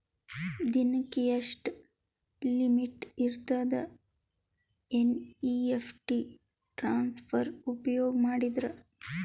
ದಿನಕ್ಕ ಎಷ್ಟ ಲಿಮಿಟ್ ಇರತದ ಎನ್.ಇ.ಎಫ್.ಟಿ ಟ್ರಾನ್ಸಫರ್ ಉಪಯೋಗ ಮಾಡಿದರ?